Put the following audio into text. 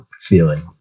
feeling